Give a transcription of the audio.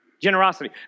Generosity